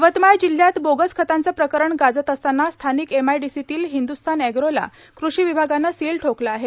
यवतमाळ जिल्ह्यात बोगस खतांचे प्रकरण गाजत असताना स्थानिक एमआयडीसी तील श्हिंद्रस्तान एग्रोश्ला कृषी विभागाने सील ठोकले आहे